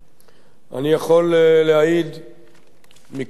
אני יכול להעיד מכלי ראשון,